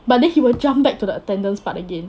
but then he will jump back to the attendance part again